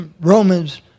Romans